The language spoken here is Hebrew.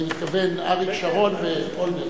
אני מתכוון לאריק שרון ואולמרט.